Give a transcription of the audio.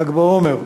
ל"ג בעומר,